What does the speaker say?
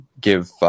give